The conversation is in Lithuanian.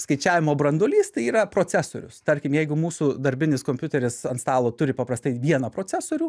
skaičiavimo branduolys tai yra procesorius tarkim jeigu mūsų darbinis kompiuteris ant stalo turi paprastai vieną procesorių